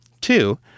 Two